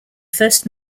first